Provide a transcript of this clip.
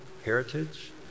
heritage